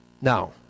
Now